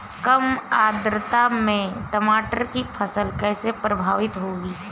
कम आर्द्रता में टमाटर की फसल कैसे प्रभावित होगी?